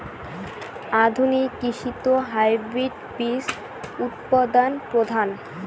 আধুনিক কৃষিত হাইব্রিড বীজ উৎপাদন প্রধান